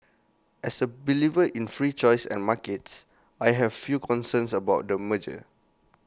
as A believer in free choice and markets I have few concerns about the merger